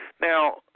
Now